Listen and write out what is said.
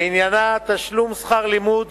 ועניינה תשלום שכר לימוד